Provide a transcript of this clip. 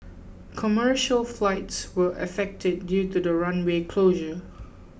commercial flights were affected due to the runway closure